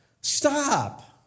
Stop